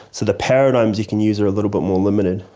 so the paradigms you can use are a little bit more limited.